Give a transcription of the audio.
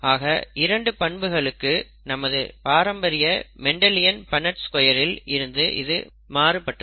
ஆக 2 பண்புகளுக்கு நமது பாரம்பரிய மெண்டலியன் பண்ணெட் ஸ்கொயரில் இருந்து இது மாறுபட்டது